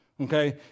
Okay